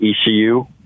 ECU